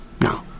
No